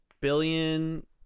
billion